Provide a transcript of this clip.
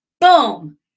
Boom